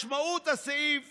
משמעות הסעיף